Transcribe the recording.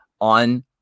on